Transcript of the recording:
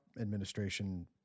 administration